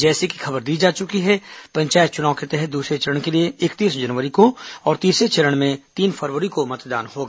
जैसी कि खबर दी जा चुकी है पंचायत चुनाव के तहत दूसरे चरण के लिए इकतीस जनवरी को और तीसरे चरण में तीन फरवरी को मतदान होगा